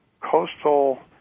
coastal